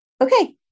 okay